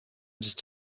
just